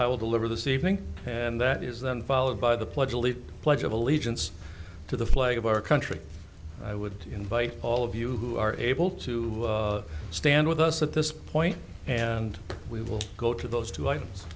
i will deliver this evening and that is then followed by the pledge a leave pledge of allegiance to the flag of our country i would invite all of you who are able to stand with us at this point and we will go to those two items